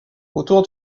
autour